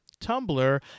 Tumblr